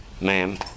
ma'am